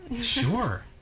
Sure